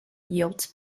yields